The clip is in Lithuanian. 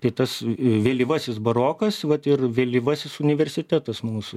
tai tas vėlyvasis barokas vat ir vėlyvasis universitetas mūsų